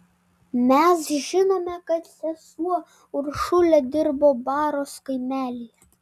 mes žinome kad sesuo uršulė dirbo baros kaimelyje